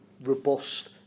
robust